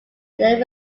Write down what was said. they